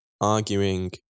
arguing